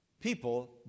people